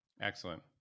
Excellent